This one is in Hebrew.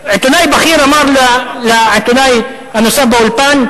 שעיתונאי בכיר אמר לעיתונאי הנוסף באולפן: